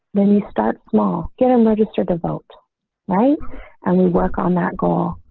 then you start small, get them registered to vote right and we work on that goal.